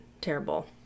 terrible